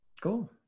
cool